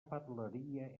parlaria